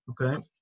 Okay